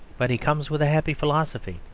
but he comes with a happy philosophy.